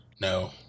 No